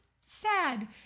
sad